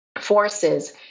forces